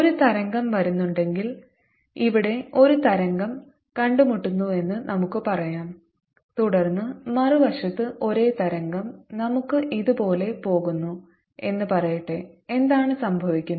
ഒരു തരംഗം വരുന്നുണ്ടെങ്കിൽ ഇവിടെ ഒരു തരംഗം കണ്ടുമുട്ടുന്നുവെന്ന് നമുക്ക് പറയാം തുടർന്ന് മറുവശത്ത് ഒരേ തരംഗം നമുക്ക് ഇതുപോലെ പോകുന്നു എന്ന് പറയട്ടെ എന്താണ് സംഭവിക്കുന്നത്